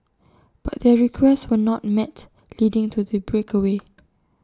but their requests were not met leading to the breakaway